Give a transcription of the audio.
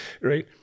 right